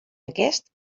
aquest